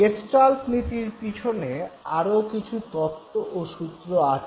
gestalt নীতির পিছনে আরো কিছু তত্ত্ব ও সূত্র আছে